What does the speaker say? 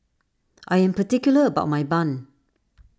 I am particular about my Bun